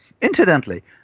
Incidentally